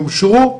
שאושרו,